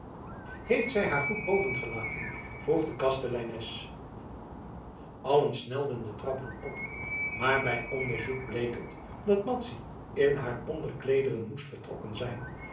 heeft zij haar goed bovengelaten vroeg de kasteleines allen snelden de trappen op maar bij onderzoek bleek het dat madzy in haar onderkleederen moest vertrokken zijn